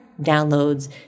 downloads